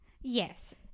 Yes